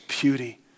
beauty